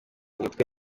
umutwe